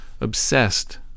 obsessed